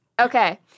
Okay